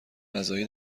غذایی